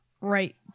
right